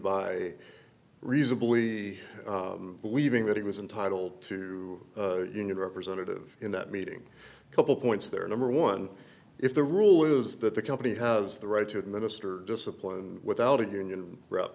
by reasonably believing that he was entitled to union representative in that meeting a couple points there number one if the rule is that the company has the right to administer discipline without a union rep